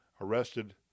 arrested